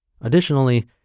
Additionally